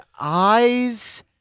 eyes